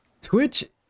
Twitch